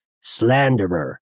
slanderer